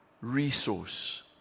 resource